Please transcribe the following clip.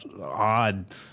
odd